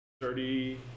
thirty